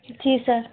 जी sir